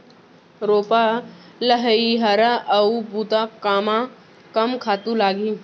रोपा, लइहरा अऊ बुता कामा कम खातू लागही?